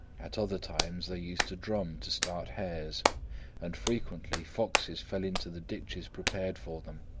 at other times they used a drum to start hares and frequently foxes fell into the ditches prepared for them,